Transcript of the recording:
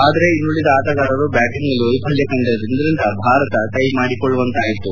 ಆದರೆ ಇನ್ನುಳಿದ ಆಟಗಾರರು ಬ್ಯಾಟಿಂಗ್ನಲ್ಲಿ ವೈಫಲ್ಯ ಕಂಡಿದ್ದರಿಂದ ಭಾರತ ಟೈ ಮಾಡಿಕೊಳ್ಳಬೇಕಾಯಿತು